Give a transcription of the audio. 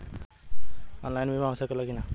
Online बीमा हो सकेला की ना?